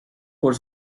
por